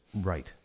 Right